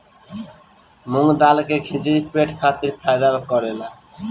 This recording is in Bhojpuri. मूंग दाल के खिचड़ी पेट खातिर फायदा करेला